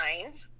mind